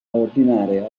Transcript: ordinare